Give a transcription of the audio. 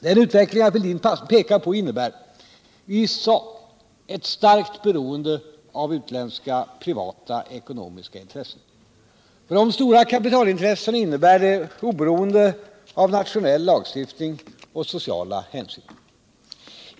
Den utveckling herr Fälldin pekade på innebär i sak ett starkt beroende av utländska privata ekonomiska intressen. För de stora kapitalintressena innebär det oberoende av nationell lagstiftning och sociala hänsyn.